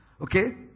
Okay